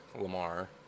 Lamar